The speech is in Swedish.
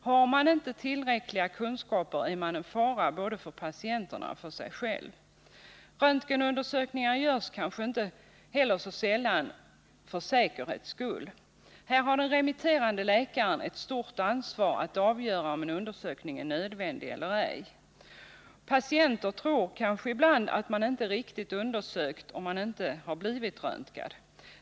Har man inte tillräckliga kunskaper utgör man en fara både för patienterna och för sig själv. Röntgenundersökningar görs kanske heller inte så sällan ”för säkerhets skull”. Här har den remitterande läkaren ett stort ansvar att avgöra om en undersökning är nödvändig eller ej. Patienten tror kanske inte att man är riktigt undersökt om man inte har blivit röntgad.